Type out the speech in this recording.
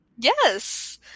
Yes